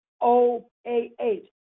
O-A-H